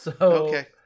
Okay